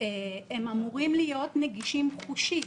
הם אמורים להיות נגישים חושית,